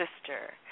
sister